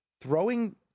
throwing